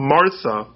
Martha